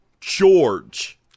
George